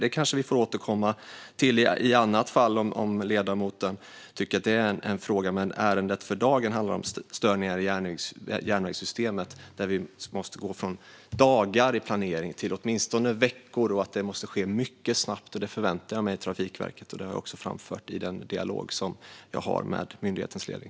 Vi kanske får återkomma till detta i en annan debatt om ledamoten tycker att det är en viktig fråga, men ärendet för dagen handlar om störningar i järnvägssystemet. Där måste vi gå från dagar i planeringen till åtminstone veckor, och det måste ske mycket snabbt. Det förväntar jag mig av Trafikverket, och det har jag även framfört i den dialog som jag har med myndighetens ledning.